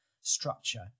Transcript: structure